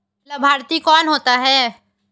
लाभार्थी कौन होता है?